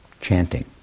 Chanting